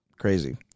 Crazy